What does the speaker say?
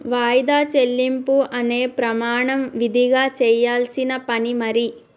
వాయిదా చెల్లింపు అనే ప్రమాణం విదిగా చెయ్యాల్సిన పని మరి